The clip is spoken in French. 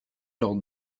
lors